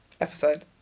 Episode